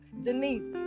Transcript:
denise